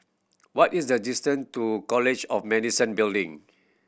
what is the distan to College of Medicine Building